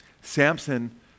Samson